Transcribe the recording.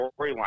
storyline